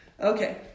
Okay